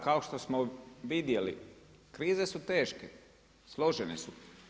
Kao što smo vidjeli, krize su teške, složene su.